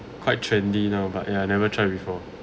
quite trendy now but ya I never try before